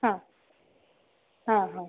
हां हां हां